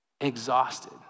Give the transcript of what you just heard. exhausted